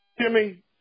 Jimmy